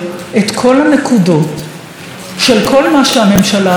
הנקודות של כל מה שהממשלה הזאת עושה,